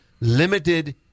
limited